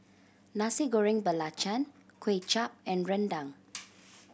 Nasi Goreng Belacan Kuay Chap and rendang